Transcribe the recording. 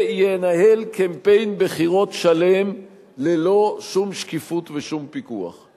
וינהל קמפיין בחירות שלם ללא שום שקיפות ושום פיקוח.